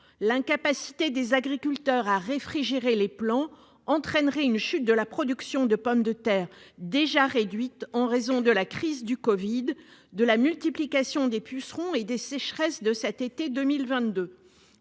L'incapacité des agriculteurs à réfrigérer les plants entraînerait une chute de la production de pommes de terre. Or celle-ci est déjà réduite en raison de la crise du covid, de la multiplication des pucerons et des sécheresses de l'été 2022.